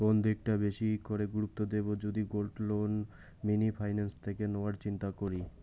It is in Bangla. কোন দিকটা বেশি করে গুরুত্ব দেব যদি গোল্ড লোন মিনি ফাইন্যান্স থেকে নেওয়ার চিন্তা করি?